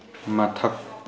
ꯃꯊꯛ